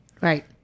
Right